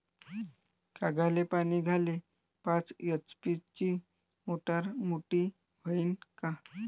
कांद्याले पानी द्याले पाच एच.पी ची मोटार मोटी व्हईन का?